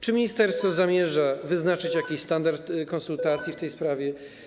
Czy ministerstwo zamierza wyznaczyć jakiś standard konsultacji w tej sprawie?